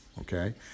okay